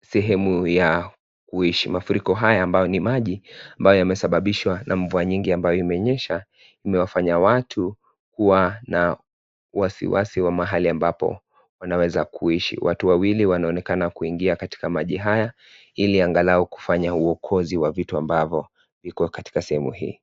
sehemu ya kuishi, mafuriko haya ambayo ni maji ambayo yamesababishwa na mvua nyingi ambayo imenyesha imewafanya watu kuwa na wasiwasi wa mahali ambapo wanaweza kuishi. Watu wawili wanaonekana kuingia katika maji haya ili angalau kufanya uokozi wa vitu ambavyo viko katika sehemu hii.